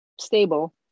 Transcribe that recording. stable